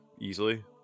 easily